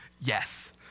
Yes